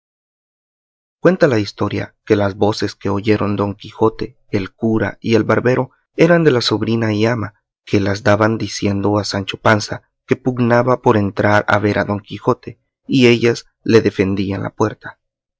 cuenta la historia que las voces que oyeron don quijote el cura y el barbero eran de la sobrina y ama que las daban diciendo a sancho panza que pugnaba por entrar a ver a don quijote y ellas le defendían la puerta